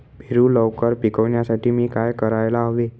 पेरू लवकर पिकवण्यासाठी मी काय करायला हवे?